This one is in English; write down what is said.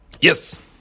Yes